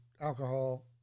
alcohol